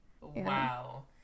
Wow